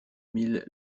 mille